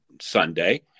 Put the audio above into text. Sunday